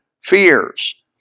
fears